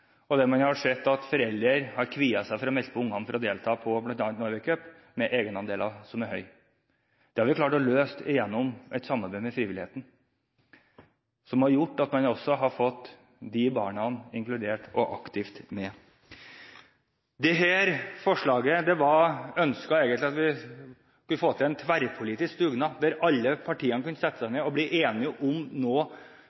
gjort at man også har fått de barna inkludert og aktivt med. Det var ønsket at vi skulle få til en tverrpolitisk dugnad der alle partiene kunne sette seg